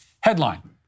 Headline